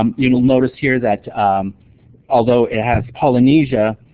um you will notice here that although it has polynesia,